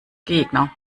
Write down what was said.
gegner